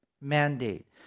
Mandate